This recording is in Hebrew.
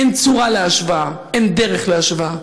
אין צורה להשוואה, אין דרך להשוואה.